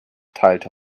teilte